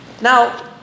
Now